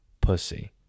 pussy